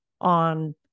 on